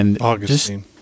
Augustine